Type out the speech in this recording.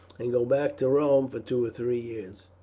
and go back to rome for two or three years,